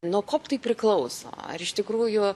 nuo ko tai priklauso ar iš tikrųjų